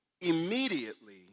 immediately